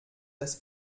das